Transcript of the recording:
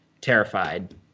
terrified